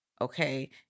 Okay